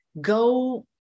Go